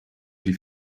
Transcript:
die